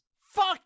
fuck